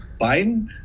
Biden